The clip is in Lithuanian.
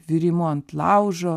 virimu ant laužo